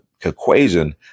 equation